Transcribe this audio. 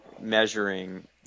measuring